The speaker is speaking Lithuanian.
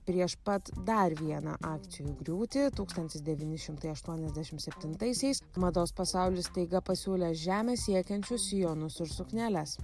prieš pat dar vieną akcijų griūtį tūkstantis devyni šimtai aštuoniasdešim septintaisiais mados pasaulis staiga pasiūlė žemę siekiančius sijonus ir sukneles